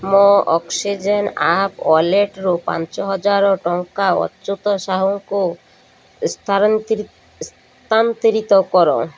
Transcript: ମୋ oxygen app ୱାଲେଟରୁ ପାଞ୍ଚହଜାର ଟଙ୍କା ଅଚ୍ୟୁତ ସାହୁଙ୍କୁ ସ୍ଥାନାନ୍ତରିତ କର